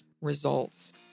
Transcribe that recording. results